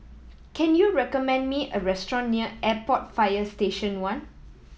can you recommend me a restaurant near Airport Fire Station One